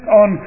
on